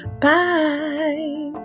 Bye